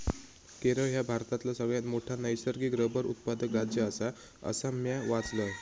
केरळ ह्या भारतातला सगळ्यात मोठा नैसर्गिक रबर उत्पादक राज्य आसा, असा म्या वाचलंय